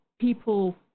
people